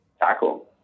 tackle